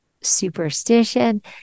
superstition